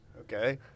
Okay